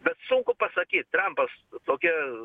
bet sunku pasakyt trampas tokia